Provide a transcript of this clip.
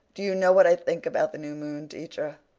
do you know what i think about the new moon, teacher?